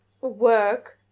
work